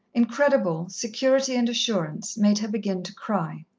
incredible, security and assurance, made her begin to cry,